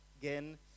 again